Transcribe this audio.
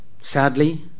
Sadly